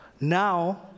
Now